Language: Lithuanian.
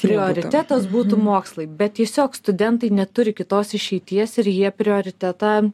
prioritetas būtų mokslai bet tiesiog studentai neturi kitos išeities ir jie prioritetą